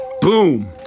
boom